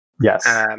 yes